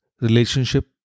relationship